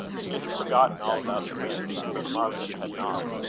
she had forgotten all about the ring. but margaret had not.